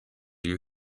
you